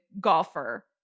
golfer